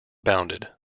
bounded